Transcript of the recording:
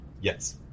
Yes